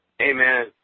Amen